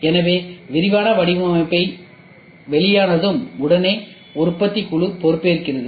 எனவே விரிவான வடிவமைப்பு வெளியானதும் உடனடியாக உற்பத்தி குழு பொறுப்பேற்கிறது